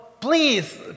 Please